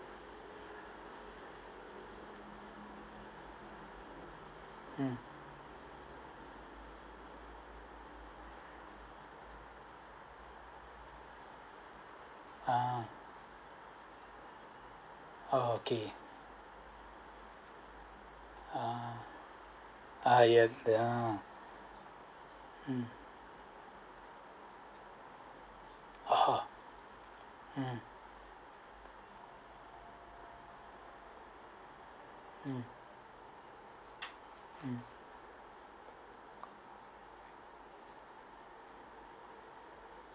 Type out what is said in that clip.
mm ah oh okay ah ah yes uh mm oh mm mm